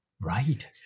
Right